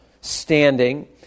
standing